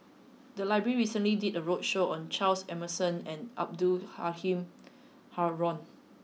the library recently did a roadshow on Charles Emmerson and Abdul Halim Haron